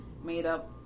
made-up